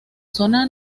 zona